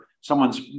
someone's